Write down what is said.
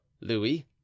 louis